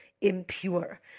impure